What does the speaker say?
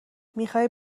میخای